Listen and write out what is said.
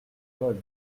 volx